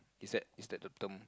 is that is that the term